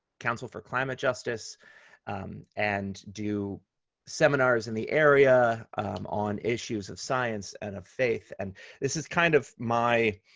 council for climate justice and do seminars in the area on issues of science and faith. and this is kind of my